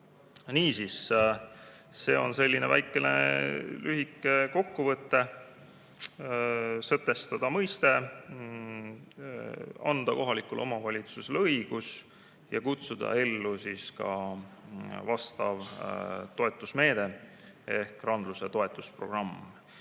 Niisiis, see on lühike kokkuvõte: sätestada mõiste, anda kohalikule omavalitsusele õigus ja kutsuda ellu ka vastav toetusmeede ehk randluse toetusprogramm.